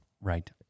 Right